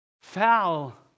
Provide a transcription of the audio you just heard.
Foul